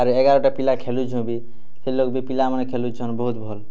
ଆର ଏଗାର ଟା ପିଲା ଖେଲୁଛୁ ବି ସେ ଲୋକ ବି ପିଲାମାନେ ଖେଲୁଛନ୍ ବହୁତ ଭଲ